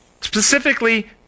specifically